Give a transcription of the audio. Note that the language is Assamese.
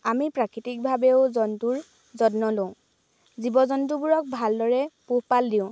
আমি প্ৰাকৃতিকভাৱেও জন্তুৰ যত্ন লওঁ জীৱ জন্তুবোৰক ভাল দৰে পোহ পাল দিওঁ